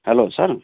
hello sir